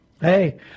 Hey